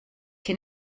che